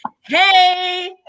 Hey